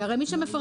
כי הרי מי שמפרנס,